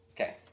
Okay